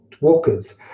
walkers